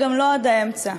וגם לא עד האמצע.